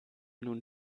nun